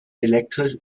elektrisch